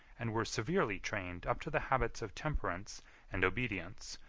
and were severely trained up to the habits of temperance and obedience,